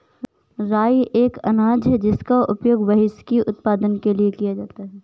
राई एक अनाज है जिसका उपयोग व्हिस्की उत्पादन के लिए किया जाता है